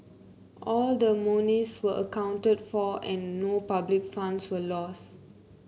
all the monies were accounted for and no public funds were lost